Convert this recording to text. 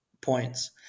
points